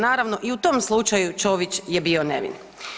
Naravno i u tom slučaju Ćović je bio nevin.